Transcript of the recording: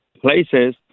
places